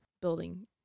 building